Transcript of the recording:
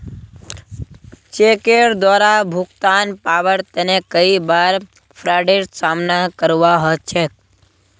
चेकेर द्वारे भुगतान पाबार तने कई बार फ्राडेर सामना करवा ह छेक